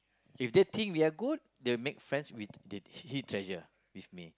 if they think we're good they'll make friends with the he treasure with me